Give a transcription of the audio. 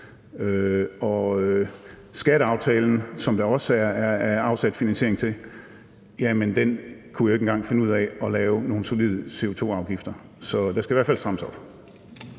Skatteaftalen, som der også er afsat finansiering til, kunne jo ikke engang finde ud af at lave nogen solide CO2-afgifter. Så der skal i hvert fald strammes op.